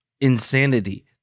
insanity